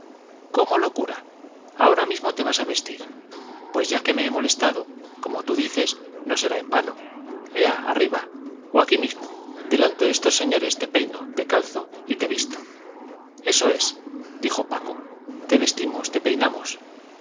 cómo locura ahora mismo te vas a vestir pues ya que me he molestado como tú dices no será en vano ea arriba o aquí mismo delante de estos señores te peino te calzo y te visto eso es dijo paco te vestimos te peinamos